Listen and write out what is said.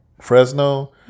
Fresno